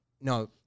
no